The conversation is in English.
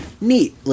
neat